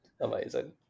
Amazing